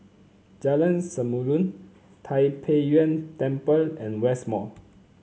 Jalan Samulun Tai Pei Yuen Temple and West Mall